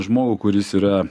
žmogų kuris yra